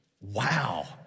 Wow